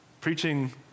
Preaching